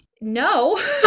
no